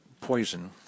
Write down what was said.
poison